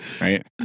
right